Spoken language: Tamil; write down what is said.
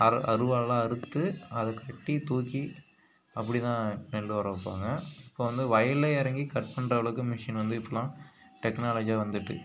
அரு அருவாள்லாம் அறுத்து அதை கட்டி தூக்கி அப்படிதான் நெல்லு வர வைப்பாங்க இப்போ வந்து வயலில் இறங்கி கட் பண்ற அளவுக்கு மிஷின் வந்து இப்போலான் டெக்னலாஜி வந்துட்டு